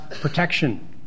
protection